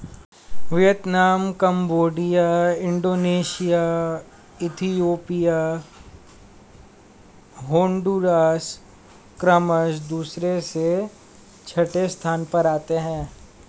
Vietnam Cambodia Indonesia Ethiopia Honduras क्रमशः दूसरे से छठे स्थान पर आते हैं